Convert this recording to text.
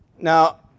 Now